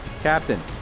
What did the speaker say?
Captain